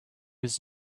was